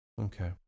okay